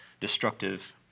destructive